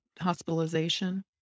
hospitalization